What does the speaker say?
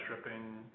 stripping